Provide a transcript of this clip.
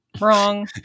wrong